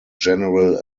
general